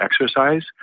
exercise